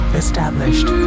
established